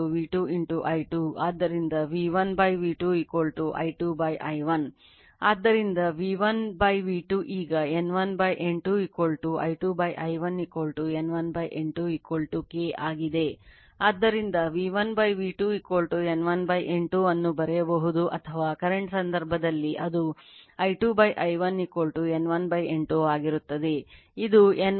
ಆದ್ದರಿಂದ V1 V2 N1 N2 ಅನ್ನು ಬರೆಯಬಹುದು ಅಥವಾ ಕರೆಂಟ್ ಸಂದರ್ಭದಲ್ಲಿ ಅದು I2 I1 N1 N2 ಆಗಿರುತ್ತದೆ ಇದು N1 I1 N2 I2 ಆಗಿದೆ